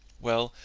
well,